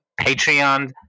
Patreon